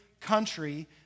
country